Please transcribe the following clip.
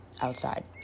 outside